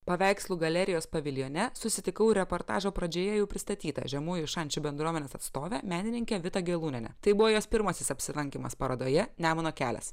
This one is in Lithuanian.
paveikslų galerijos paviljone susitikau reportažo pradžioje jau pristatytą žemųjų šančių bendruomenės atstovę menininkę vitą gelūnienę tai buvo jos pirmasis apsilankymas parodoje nemuno kelias